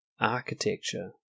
Architecture